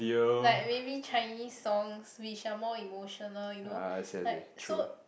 like maybe Chinese songs which are more emotional you know like so